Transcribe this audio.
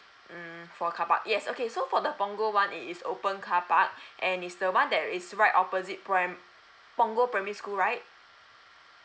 mm for carpark yes okay so for the punggol one it is open car park and is the one that is right opposite prim~ punggol primary school right